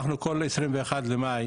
אנחנו כל ה-21 במאי